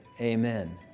amen